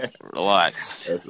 Relax